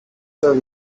the